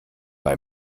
bei